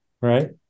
Right